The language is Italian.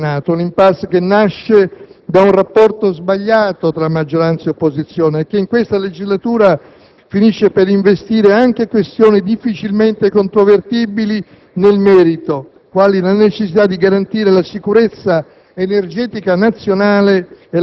dell'*impasse* che paralizza il Senato; una *impasse* che nasce da un rapporto sbagliato tra maggioranza e opposizione e che in questa legislatura finisce per investire anche questioni difficilmente controvertibili nel merito, quali la necessità di garantire la sicurezza